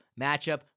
matchup